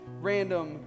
random